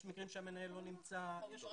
יש מקרים שהמנהל לא נמצא וכולי.